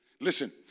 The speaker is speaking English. Listen